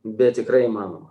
bet tikrai įmanoma